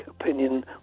opinion